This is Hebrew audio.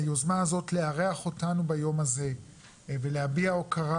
היוזמה הזאת לארח אותנו ביום הזה ולהביע הוקרה